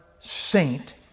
saint